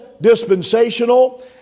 dispensational